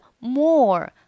more